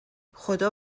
خدا